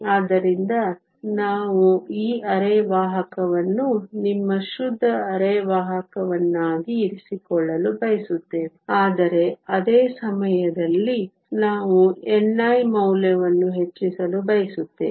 ಆದ್ದರಿಂದ ನಾವು ಈ ಅರೆವಾಹಕವನ್ನು ನಿಮ್ಮ ಶುದ್ಧ ಅರೆವಾಹಕವನ್ನಾಗಿ ಇರಿಸಿಕೊಳ್ಳಲು ಬಯಸುತ್ತೇವೆ ಆದರೆ ಅದೇ ಸಮಯದಲ್ಲಿ ನಾವು ni ಮೌಲ್ಯವನ್ನು ಹೆಚ್ಚಿಸಲು ಬಯಸುತ್ತೇವೆ